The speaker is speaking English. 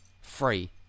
free